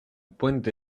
puente